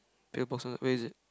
pill boxes where is it